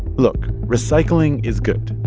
look. recycling is good,